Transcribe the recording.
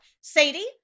Sadie